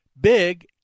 big